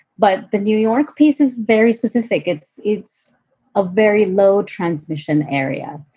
but the new york piece is very specific. it's it's a very low transmission area.